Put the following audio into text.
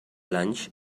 lunch